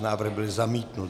Návrh byl zamítnut.